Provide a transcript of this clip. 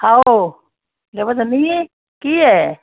আও দেৱযানী কি এ